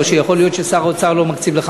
או שיכול להיות ששר האוצר לא מקציב לך